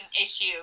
issue